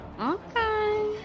Okay